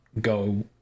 go